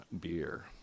beer